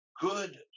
good